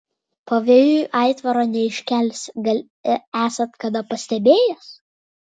pavėjui aitvaro neiškelsi gal esat kada pastebėjęs